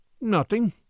Nothing